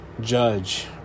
judge